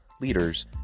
leaders